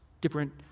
different